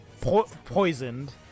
poisoned